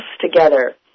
together